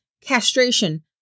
castration